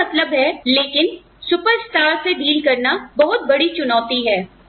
मेरा मतलब है लेकिन सुपरस्टार से डील करना बहुत बड़ी चुनौती है